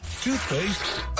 toothpaste